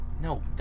No